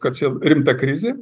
kad čia rimta krizė